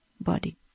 body